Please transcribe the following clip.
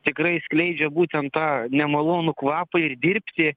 tikrai skleidžia būten tą nemalonų kvapą ir dirbti